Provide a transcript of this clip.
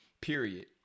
period